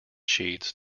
sheets